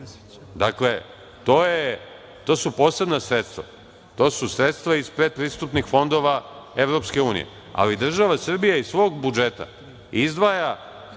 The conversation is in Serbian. Dakle, to su posebna sredstva. To su sredstva iz predpristupnih fondova Evropske Unije, ali država Srbija iz svog budžeta izdvaja